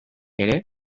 ere